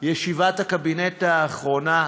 ישיבת הקבינט האחרונה,